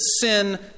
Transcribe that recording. sin